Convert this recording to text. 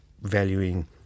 valuing